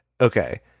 okay